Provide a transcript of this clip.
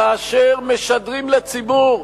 כאשר משדרים לציבור: